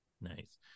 Nice